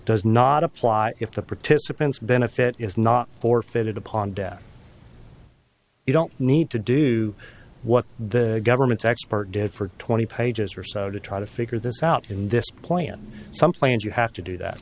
does not apply if the participants benefit is not forfeited upon death you don't need to do what the government's expert did for twenty pages or so to try to figure this out in this plan some planes you have to do that